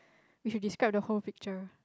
we should describe the whole picture